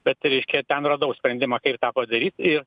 bet reiškia ten radau sprendimą kaip tą padaryt ir